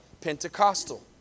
Pentecostal